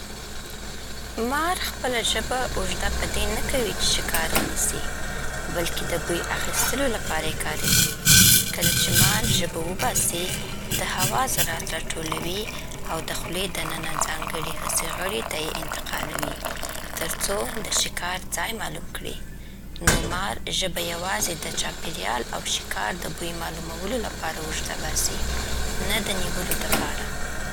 مار خپله ژبه اوږده په دی نه کوي چې ښکار ونیسي، بلکې د بوی اخیستلو لپاره يې کاروي. کله چې مار ژبه وباسي، د هوا ذرات راټولوي او د خولې دننه ځانګړي حسي غړي ته یې انتقالوي، ترڅو د ښکار ځای معلوم کړي. نو مار ژبه یوازې د چاپېریال او ښکار د بوی معلومولو لپاره اوږده باسي، نه د نیولو دپاره.